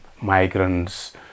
migrants